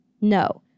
No